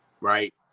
right